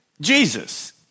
Jesus